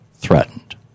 threatened